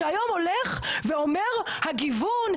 שהיום הולך ואומר הגיוון,